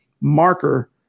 marker